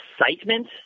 excitement